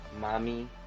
mommy